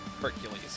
Hercules